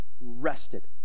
rested